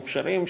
מוכשרים,